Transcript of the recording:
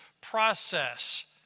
process